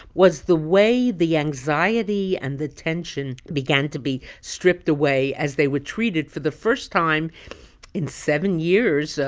was the way the anxiety and the tension began to be stripped away as they were treated for the first time in seven years,